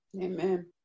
Amen